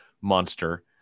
monster